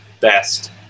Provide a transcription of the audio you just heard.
best